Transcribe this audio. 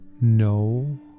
no